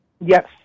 Yes